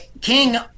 King